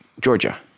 Georgia